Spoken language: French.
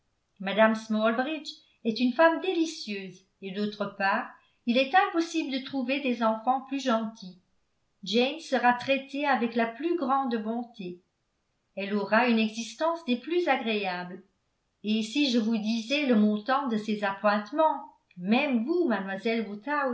mme smallbridge est une femme délicieuse et d'autre part il est impossible de trouver des enfants plus gentils jane sera traitée avec la plus grande bonté elle aura une existence des plus agréables et si je vous disais le montant de ses appointements même vous mademoiselle